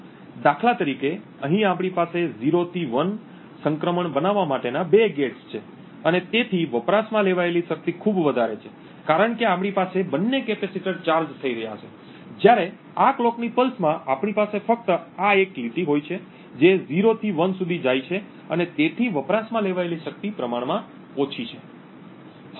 દાખલા તરીકે અહીં આપણી પાસે 0 થી 1 સંક્રમણ બનાવવા માટેના બે ગેટ્સ છે અને તેથી વપરાશમાં લેવાયેલી શક્તિ ખૂબ વધારે છે કારણ કે આપણી પાસે બંને કેપેસિટર ચાર્જ થઈ રહ્યા છે જ્યારે આ કલોકની પલ્સમાં આપણી પાસે ફક્ત આ એક લીટી હોય છે જે 0 થી 1 સુધી જાય છે અને તેથી વપરાશમાં લેવાયેલી શક્તિ પ્રમાણમાં ઓછી છે